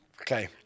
Okay